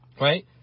right